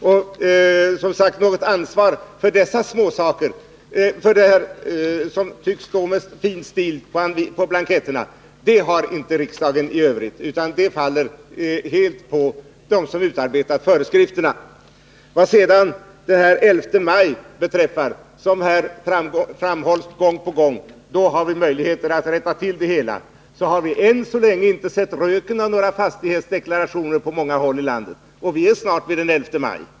Och något ansvar för det som tycks stå med fin stil på blanketterna har inte riksdagen i övrigt utan det faller helt på dem som utarbetat föreskrifterna. Vad sedan beträffar möjligheterna att rätta till det hela före den 11 maj, som framhålls gång på gång, vill jag påpeka att vi på många håll i landet ännu inte sett röken av några besked om fastighetstaxeringen. Och vi är snart vid den 11 maj!